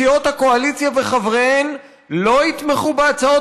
סיעות הקואליציה וחבריהן לא יתמכו בהצעות